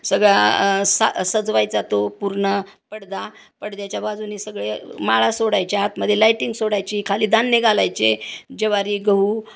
सगळा्या सा सजवायचा तो पूर्ण पडदा पडद्याच्या बाजूनही सगळे माळा सोडायच्या आतमध्ये लायटिंग सोडायची खाली धान्य घालायचे ज्वारी गहू